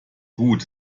gut